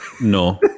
No